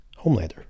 Homelander